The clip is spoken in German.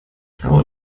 traue